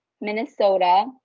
Minnesota